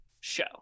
show